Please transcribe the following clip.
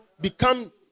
become